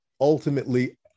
ultimately